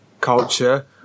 culture